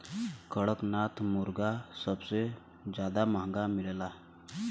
कड़कनाथ मुरगा सबसे जादा महंगा मिलला